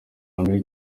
mbere